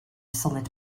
solid